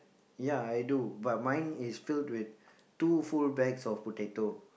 ya I do but mine is filled with two full bags of potato